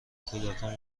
کودکان